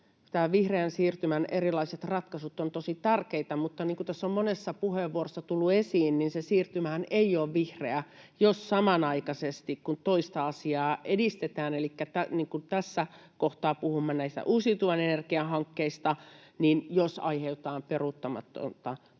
vihreän siirtymän erilaiset ratkaisut ovat tosi tärkeitä. Mutta niin kuin tässä on monessa puheenvuorossa tullut esiin, niin se siirtymähän ei ole vihreä, jos samanaikaisesti, kun toista asiaa edistetään — elikkä tässä kohtaa puhumme näistä uusiutuvan energian hankkeista — aiheutetaan peruuttamatonta tuhoa